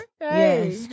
Yes